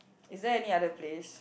is there any other place